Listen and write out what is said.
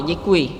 Děkuji.